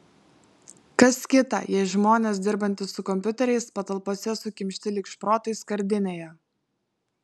kas kita jei žmonės dirbantys su kompiuteriais patalpose sukimšti lyg šprotai skardinėje